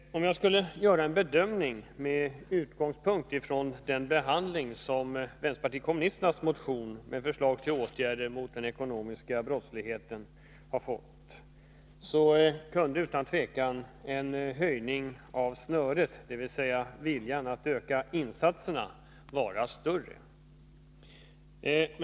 När jag gör en bedömning med utgångspunkt i den behandling som vpk:s motion med förslag till åtgärder mot den ekonomiska brottsligheten har fått, så finner jag att viljan till en höjning av snöret, dvs. till att öka insatserna, utan tvivel kunde vara större.